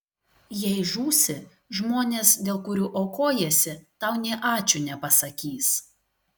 jei žūsi žmonės dėl kurių aukojiesi tau nė ačiū nepasakys